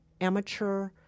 amateur